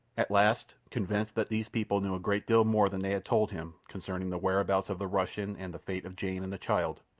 at last, convinced that these people knew a great deal more than they had told him concerning the whereabouts of the russian and the fate of jane and the child,